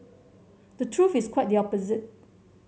the truth is quite the opposite